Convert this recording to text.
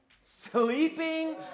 Sleeping